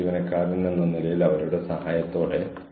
നിങ്ങൾക്കത് പരിചിതമായിരിക്കണം